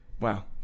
Wow